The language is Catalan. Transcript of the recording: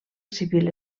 civil